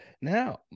Now